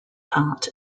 part